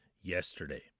yesterday